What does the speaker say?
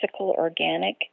organic